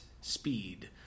speed